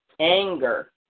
anger